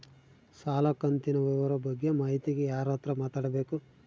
ಸಾಲ ಕಂತಿನ ವಿವರ ಬಗ್ಗೆ ಮಾಹಿತಿಗೆ ಯಾರ ಹತ್ರ ಮಾತಾಡಬೇಕು?